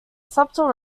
subtle